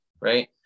right